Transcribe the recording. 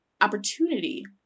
opportunity